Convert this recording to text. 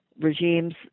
regimes